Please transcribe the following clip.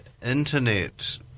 internet